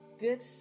Good